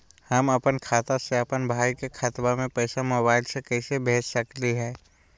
हम अपन खाता से अपन भाई के खतवा में पैसा मोबाईल से कैसे भेज सकली हई?